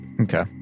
Okay